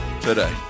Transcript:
today